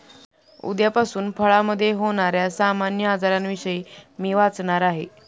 उद्यापासून फळामधे होण्याऱ्या सामान्य आजारांविषयी मी वाचणार आहे